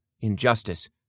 injustice